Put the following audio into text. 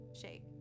shake